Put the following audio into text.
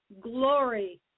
glory